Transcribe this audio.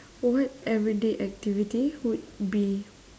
what everyday activity would be